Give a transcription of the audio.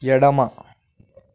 ఎడమ